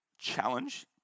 challenge